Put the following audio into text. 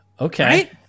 okay